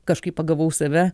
kažkaip pagavau save